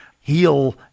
heal